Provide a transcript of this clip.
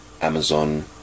Amazon